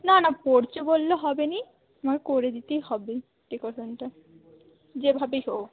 না না পরছে বললে হবে না আমার করে দিতেই হবে ডেকোরেশনটা যেভাবেই হোক